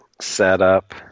setup